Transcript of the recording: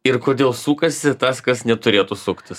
ir kodėl sukasi tas kas neturėtų suktis